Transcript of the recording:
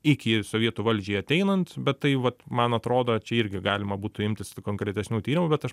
iki sovietų valdžiai ateinant bet tai vat man atrodo čia irgi galima būtų imtis konkretesnių tyrimų bet aš